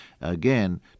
again